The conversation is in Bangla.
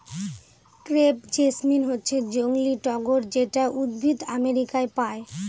ক্রেপ জেসমিন হচ্ছে জংলী টগর যেটা উদ্ভিদ আমেরিকায় পায়